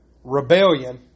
Rebellion